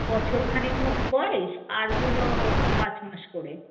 বছরখানেক মতো বয়েস আরগুলো পাঁচ মাস করে